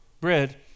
bread